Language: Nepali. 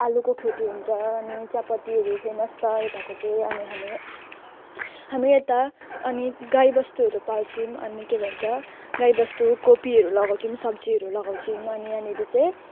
आलुको खेती हुन्छ अनि चियापत्तीहरू फेमस छ यताको चाहिँ अनि हामी हाम्रो यता अनि गाईबस्तुहरू पाल्छौँ अनि के भन्छ गाईबस्तु कोपीहरू लगाउँछौँ सब्जीहरू लगाउँछौँ अनि यहाँनिर चाहिँ